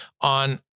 on